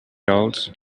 gulls